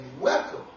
welcome